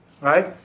right